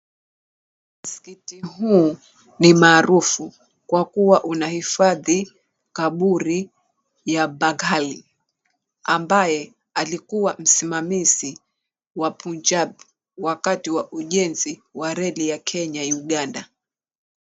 Msikiti huu ni maarufu kwakuwa unahifadhi kaburi ya Bag Hali ambaye alikua msimamizi wa Punjab wakati wa ujenzi wa reli ya Kenya -Uganda.